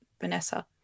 Vanessa